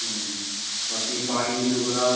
बाकी पानी दी सुवधा